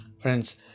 Friends